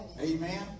Amen